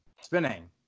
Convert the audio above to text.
Spinning